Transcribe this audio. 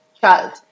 child